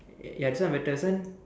ya this one better this one